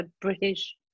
British